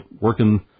working